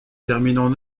terminant